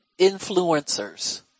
influencers